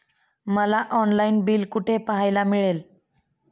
मला online bill कुठे पाहायला मिळेल?